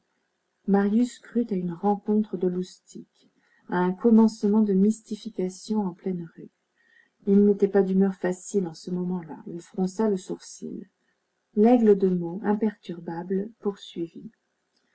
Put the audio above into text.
marius crut à une rencontre de loustic à un commencement de mystification en pleine rue il n'était pas d'humeur facile en ce moment-là il fronça le sourcil laigle de meaux imperturbable poursuivit